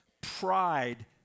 pride